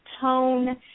tone